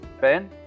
Ben